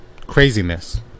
craziness